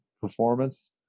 performance